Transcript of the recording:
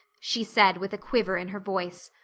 she said with a quiver in her voice.